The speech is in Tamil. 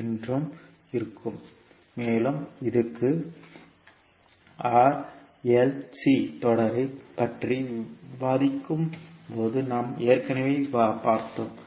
என்றும் இருக்கும் மேலும் இது r l c தொடரைப் பற்றி விவாதிக்கும் போது நாம் ஏற்கனவே பார்த்தோம்